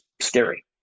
scary